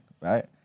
right